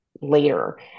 later